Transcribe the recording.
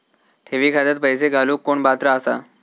ठेवी खात्यात पैसे घालूक कोण पात्र आसा?